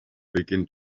begin